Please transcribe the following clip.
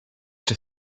czy